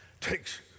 Takes